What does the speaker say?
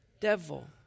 devil